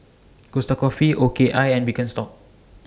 Costa Coffee O K I and Birkenstock